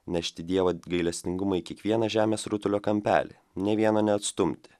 nešti dievo gailestingumą į kiekvieną žemės rutulio kampelį nė vieno neatstumti